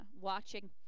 watching